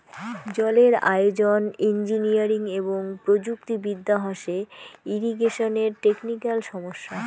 জলের আয়োজন, ইঞ্জিনিয়ারিং এবং প্রযুক্তি বিদ্যা হসে ইরিগেশনের টেকনিক্যাল সমস্যা